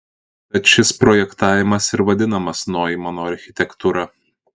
tad šis projektavimas ir vadinamas noimano architektūra